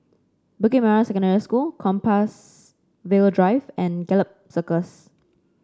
Bukit Merah Secondary School Compassvale Drive and Gallop Circus